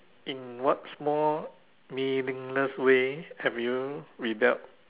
in what small meaningless way have you rebelled